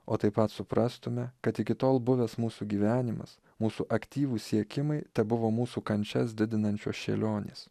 o taip pat suprastume kad iki tol buvęs mūsų gyvenimas mūsų aktyvūs siekimai tebuvo mūsų kančias didinančios šėlionės